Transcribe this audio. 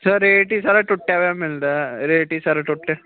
sir rate ਹੀ ਸਾਰਾ ਟੁੱਟਿਆ ਹੋਇਆ ਮਿਲਦਾ ਰੇਟ ਹੀ ਸਾਰਾ ਟੁੱਟ